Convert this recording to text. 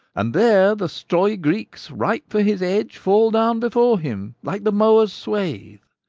and there the strawy greeks, ripe for his edge, fall down before him like the mower's swath.